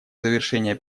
завершения